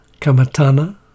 kamatana